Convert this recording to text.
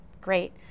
Great